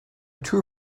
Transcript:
true